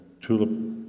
tulip